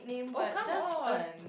oh come on